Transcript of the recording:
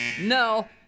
No